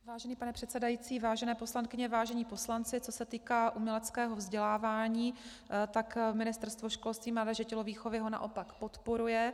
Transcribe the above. Vážený pane předsedající, vážené poslankyně, vážení poslanci, co se týká uměleckého vzdělávání, tak Ministerstvo školství, mládeže a tělovýchovy ho naopak podporuje.